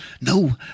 No